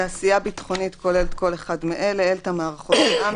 "תעשייה ביטחונית" כל אחד מאלה: אלתא מערכות בע"מ,